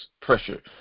Pressure